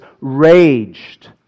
raged